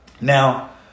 Now